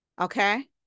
okay